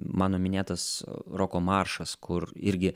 mano minėtas roko maršas kur irgi